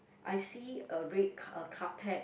I see a red car a carpet